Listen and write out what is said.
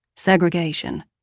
segregation,